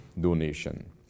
donation